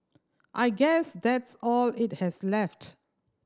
I guess that's all it has left